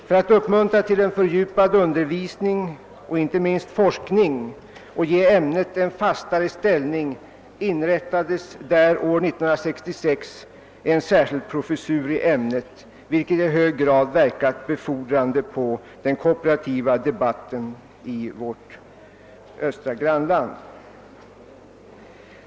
För att uppmuntra till en fördjupad undervisning och inte minst forskning och för att ge ämnet en fastare ställning inrättade man år 1966 en särskild professur i ämnet, något som i hög grad verkat be fordrande på den kooperativa debatten i vårt östra grannland.